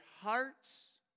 hearts